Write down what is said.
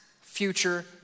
future